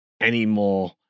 anymore